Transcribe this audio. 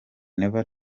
never